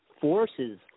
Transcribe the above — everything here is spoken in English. forces